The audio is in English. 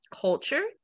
culture